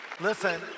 Listen